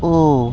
ओ